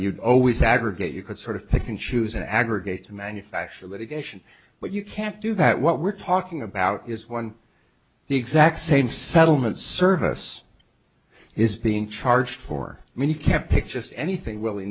you'd always aggregate you could sort of pick and choose an aggregate to manufacture litigation but you can't do that what we're talking about is one the exact same settlement service is being charged for i mean you can't pick just anything willy